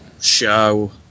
show